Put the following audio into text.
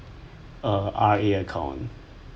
err R_A account